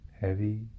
heavy